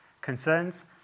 concerns